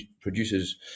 produces